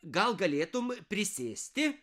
gal galėtum prisėsti